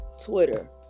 twitter